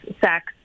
sex